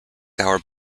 hour